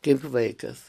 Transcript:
kaip vaikas